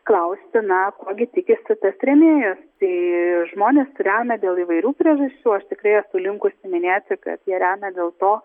klausti na ko gi tikisi tas rėmėjas tai žmonės remia dėl įvairių priežasčių aš tikrai esu linkusi minėti kad jie remia dėl to